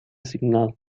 signal